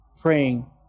praying